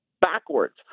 backwards